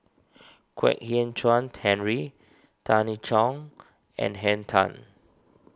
Kwek Hian Chuan Henry Tan I Tong and Henn Tan